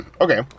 Okay